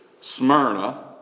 Smyrna